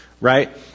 right